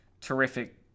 terrific